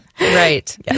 Right